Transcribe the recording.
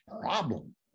problem